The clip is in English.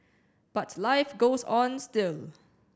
but life goes on still